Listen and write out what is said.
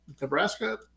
Nebraska